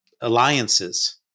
alliances